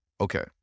Okay